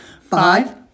five